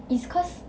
is cause